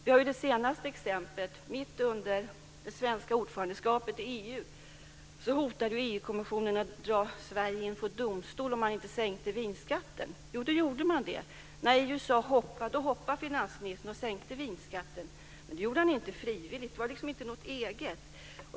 Vi har det senaste exemplet när EU-kommissionen mitt under det svenska ordförandeskapet hotade med att dra Sverige inför domstol om man inte sänkte vinskatten. Då gjorde man det. EU sade: Hoppa. Då hoppade ministern och sänkte vinskatten, men det gjorde han inte frivilligt. Det var inte något eget.